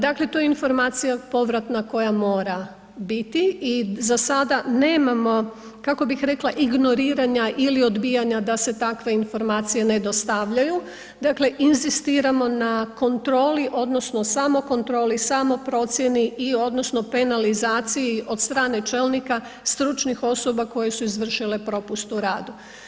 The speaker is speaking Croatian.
Dakle to je informacija povratna koja mora biti i za sada nemamo kako bih rekla, ignoriranja ili odbijanja da se takve informacije ne dostavljaju, dakle inzistiramo na kontroli odnosno samokontroli, samoprocjeni i odnosno penalizaciji od strane čelnika stručnih osoba koje su izvršile propust u radu.